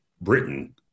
Britain